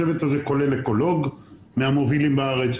הצוות הזה כולל אקולוג מהמובילים בארץ,